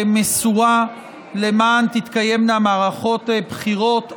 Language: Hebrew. מסורה למען תתקיימנה מערכות בחירות אמינות,